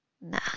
Nah